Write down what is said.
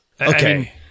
Okay